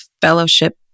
fellowship